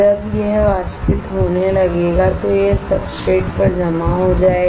जब यह वाष्पित होने लगेगा तो यह सबस्ट्रेट्स पर जमा हो जाएगा